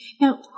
Now